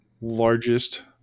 largest